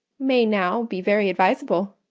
may now be very advisable.